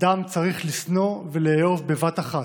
// אדם צריך לשנוא ולאהוב בבת אחת,